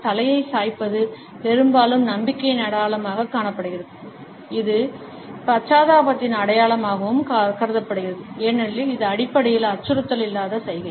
தலையை சாய்ப்பது பெரும்பாலும் நம்பிக்கையின் அடையாளமாகக் காணப்படுகிறது இது பச்சாத்தாபத்தின் அடையாளமாகவும் கருதப்படுகிறது ஏனெனில் இது அடிப்படையில் அச்சுறுத்தல் இல்லாத சைகை